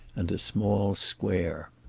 and a small square.